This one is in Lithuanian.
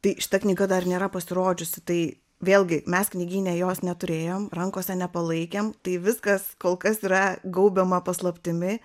tai šita knyga dar nėra pasirodžiusi tai vėlgi mes knygyne jos neturėjom rankose nepalaikėm tai viskas kol kas yra gaubiama paslaptimi